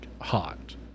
hot